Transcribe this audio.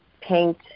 paint